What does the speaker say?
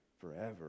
forever